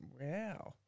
Wow